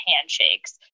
handshakes